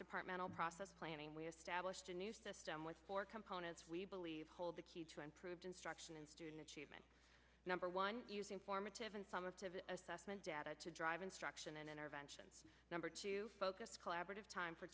departmental process planning we established a new system with four components we believe hold the key to improved instruction and student achievement number one use informative and some of the assessment data to drive instruction and intervention number to focus collaborative time for